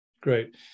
Great